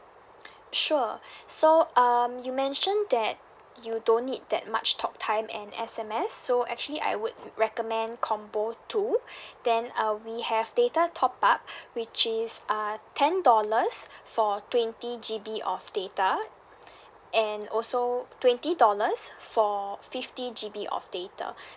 sure so um you mentioned that you don't need that much talk time and S_M_S so actually I would recommend combo two then uh we have data top up which is uh ten dollars for twenty G_B of data and also twenty dollars for fifty G_B of data